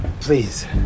Please